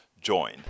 join